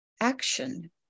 action